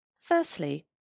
Firstly